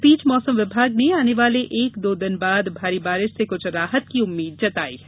इस बीच मौसम विभाग ने आने वाले एक दो दिन बाद भारी बारिश से कुछ राहत की उम्मीद जताई है